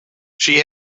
she